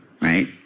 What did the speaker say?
right